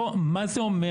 מה זה אומר